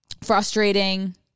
frustrating